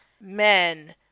men